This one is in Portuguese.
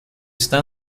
está